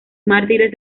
mártires